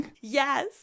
yes